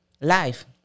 life